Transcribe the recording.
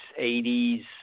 80s